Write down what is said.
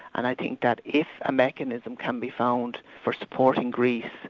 and i think that if a mechanism can be found for supporting greece,